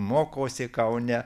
mokosi kaune